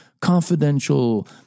confidential